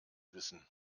wissen